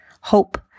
hope